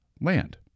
land